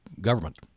government